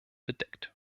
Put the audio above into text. bedeckt